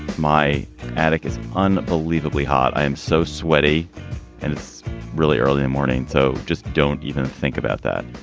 my adic is unbelievably hot. i am so sweaty and it's really early and morning, so just don't even think about that.